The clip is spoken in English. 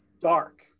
dark